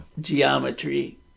Geometry